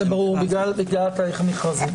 זה ברור, בגלל התהליך המכרזי.